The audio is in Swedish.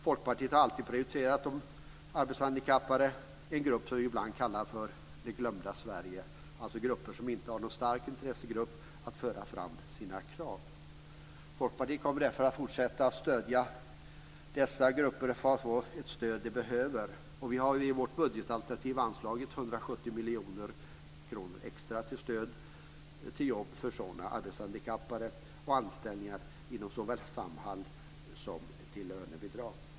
Folkpartiet har alltid prioriterat de arbetshandikappade, en grupp som vi ibland kallar "Det glömda Sverige", alltså grupper som inte har någon stark intressegrupp som kan föra fram deras krav. Folkpartiet kommer därför att fortsätta att stödja dessa grupper så att de får det stöd de behöver. Vi har i vårt budgetalternativ anslagit 170 miljoner kronor extra till stöd för jobb åt arbetshandikappade, såväl till anställningar inom Samhall som till lönebidrag.